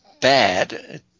bad